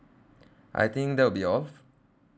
I think that will be all